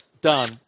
done